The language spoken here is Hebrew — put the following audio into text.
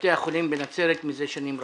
בתי החולים בנצרת מזה שנים רבות.